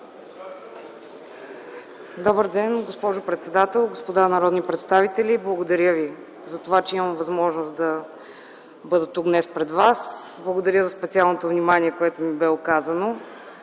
Добър ден, госпожо председател. Господа народни представители, благодаря ви затова, че имам възможност да бъда днес тук пред вас. Благодаря за специалното внимание, което ми бе оказано.